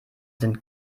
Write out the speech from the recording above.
sind